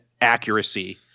accuracy